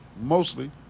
mostly